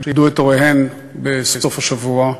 שאיבדו את הוריהן בסוף השבוע,